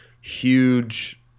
huge